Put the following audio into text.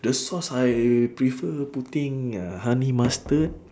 the sauce I prefer putting ya honey mustard